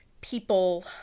people